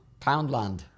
Poundland